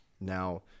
Now